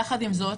יחד עם זאת,